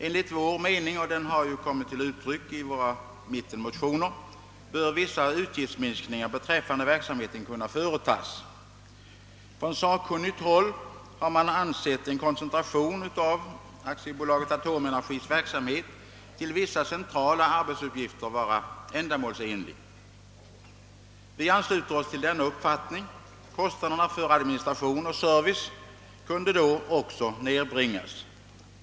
Enligt vår mening — som har kommit till uttryck i mittenmotionerna — bör vissa utgiftsminskningar beträffande verksamheten kunna företas. På sakkunnigt håll har man ansett en koncentration av AB Atomenergis verksamhet till vissa centrala arbetsuppgifter vara ändamålsenlig. Vi ansluter oss till denna uppfattning. Kostnaderna för administration och service kunde då också nedbringas.